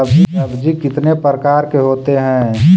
सब्जी कितने प्रकार के होते है?